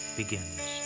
begins